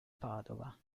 padova